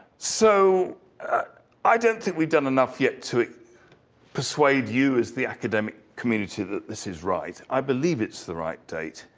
so i don't think we've done enough yet to persuade you as the academic community that this is right. i believe it's the right date,